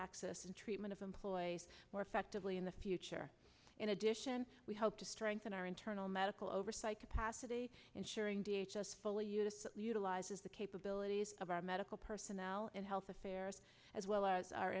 prophylaxis and treatment of employees more effectively in the future in addition we hope to strengthen our internal medical oversight capacity ensuring th us full units utilizes the capabilities of our medical personnel and health affairs as well as our